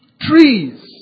Trees